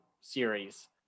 series